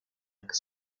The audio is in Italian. anche